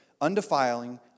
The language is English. undefiling